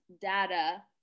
data